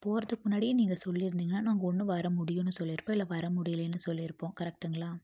போவதுக்கு முன்னாடியே நீங்கள் சொல்லி இருந்திங்கனால் நாங்கள் ஒன்று வர முடியுன்னு சொல்லியிருப்போம் இல்லை வர முடியலைன்னு சொல்லியிருப்போம் கரெக்டுங்களா